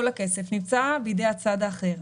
כל הכסף נמצא בידי הצד האחר.